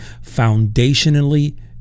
foundationally